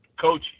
Coach